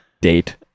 Date